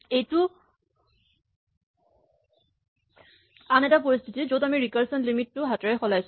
এইটো আন এটা পৰিস্হিতি য'ত আমি ৰিকাৰচন লিমিট টো হাতেৰে সলাইছো